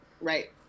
right